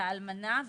לאלמנה,